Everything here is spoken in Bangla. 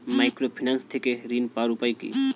মাইক্রোফিন্যান্স থেকে ঋণ পাওয়ার উপায় কি?